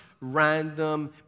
random